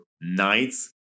nights